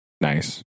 Nice